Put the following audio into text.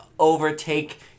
Overtake